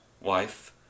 wife